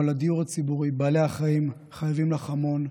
אבל הדיור הציבורי ובעלי החיים חייבים לך המון.